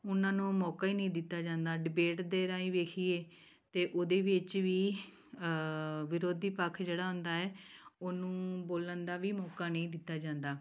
ਉਨ੍ਹਾਂ ਨੂੰ ਮੌਕਾ ਹੀ ਨਹੀਂ ਦਿੱਤਾ ਜਾਂਦਾ ਡਿਬੇਟ ਦੇ ਰਾਹੀਂ ਦੇਖੀਏ ਤਾਂ ਉਹਦੇ ਵਿੱਚ ਵੀ ਵਿਰੋਧੀ ਪੱਖ ਜਿਹੜਾ ਹੁੰਦਾ ਹੈ ਉਹਨੂੰ ਬੋਲਣ ਦਾ ਵੀ ਮੌਕਾ ਨਹੀਂ ਦਿੱਤਾ ਜਾਂਦਾ